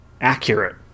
accurate